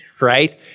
right